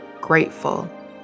grateful